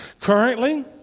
Currently